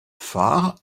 phare